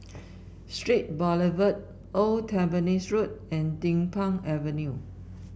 Straits Boulevard Old Tampines Road and Din Pang Avenue